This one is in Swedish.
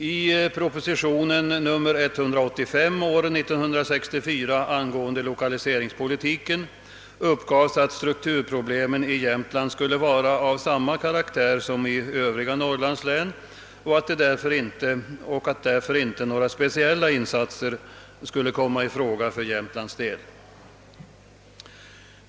I proposition nr 185 år 1964 angående lokaliseringspolitiken uppgavs att strukturproblemen i Jämtland skulle vara av samma karaktär som i övriga norrlandslän, och att därför inte några speciella insatser skulle komma i fråga för Jämtlands del.